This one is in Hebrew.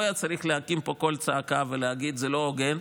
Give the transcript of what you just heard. הוא היה צריך להקים פה קול צעקה ולהגיד שזה לא הוגן.